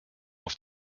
auf